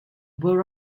were